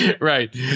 Right